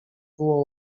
było